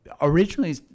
originally